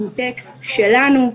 עם טקסט שלנו,